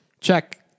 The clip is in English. check